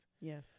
Yes